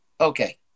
Okay